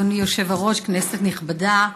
אדוני היושב-ראש, כנסת נכבדה,